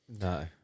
No